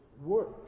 work